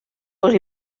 gos